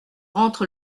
rentre